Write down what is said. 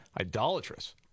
idolatrous